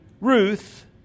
Ruth